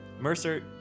Mercer